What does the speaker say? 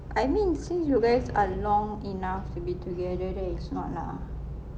I mean since you guys are long enough to be together then it's not lah